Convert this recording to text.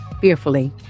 fearfully